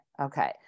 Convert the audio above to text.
Okay